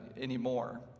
anymore